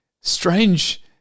strange